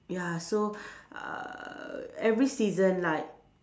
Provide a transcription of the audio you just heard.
ya so uh every season like